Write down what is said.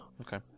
Okay